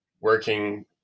working